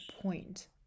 point